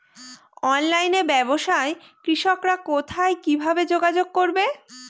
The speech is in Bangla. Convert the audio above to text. অনলাইনে ব্যবসায় কৃষকরা কোথায় কিভাবে যোগাযোগ করবে?